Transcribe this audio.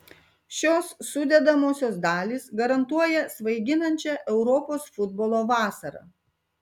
šios sudedamosios dalys garantuoja svaiginančią europos futbolo vasarą